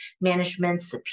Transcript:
management's